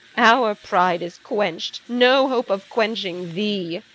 our pride is quenched. no hope of quenching thee!